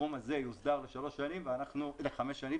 שהתחום הזה יוסדר לחמש שנים